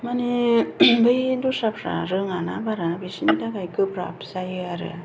माने बै दस्राफ्रा रोङा ना बारा बिसोरनि थाखाय गोब्राब जायो आरो